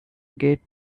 gate